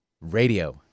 radio